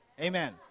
Amen